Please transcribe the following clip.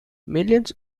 millions